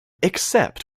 except